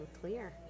clear